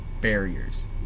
barriers